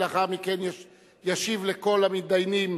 ולאחר מכן ישיב לכל המתדיינים,